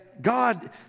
God